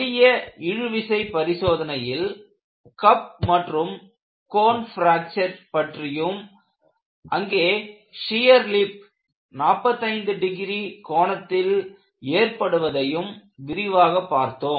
எளிய இழுவிசை பரிசோதனையில் கப் மற்றும் கோன் பிராக்சர் பற்றியும் அங்கே ஷியர் லிப் 45 டிகிரி கோணத்தில் ஏற்படுவதையும் விரிவாக பார்த்தோம்